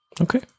okay